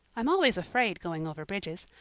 i'm always afraid going over bridges.